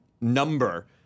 number